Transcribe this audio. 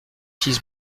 six